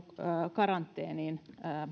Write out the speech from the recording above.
karanteeniin